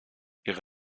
ihre